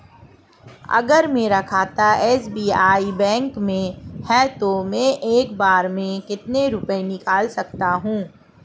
अगर मेरा खाता एस.बी.आई बैंक में है तो मैं एक बार में कितने रुपए निकाल सकता हूँ?